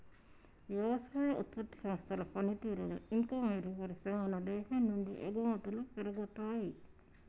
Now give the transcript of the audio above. వ్యవసాయ ఉత్పత్తి సంస్థల పనితీరును ఇంకా మెరుగుపరిస్తే మన దేశం నుండి ఎగుమతులు పెరుగుతాయి